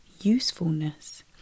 usefulness